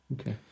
Okay